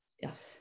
yes